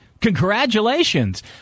Congratulations